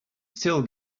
still